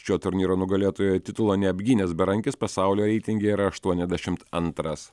šio turnyro nugalėtojo titulo neapgynęs berankis pasaulio reitinge yra aštuoniasdešimt antras